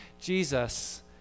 Jesus